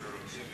האחרונות,